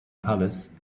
palace